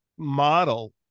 model